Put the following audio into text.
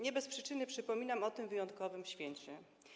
Nie bez przyczyny przypominam o tym wyjątkowym święcie.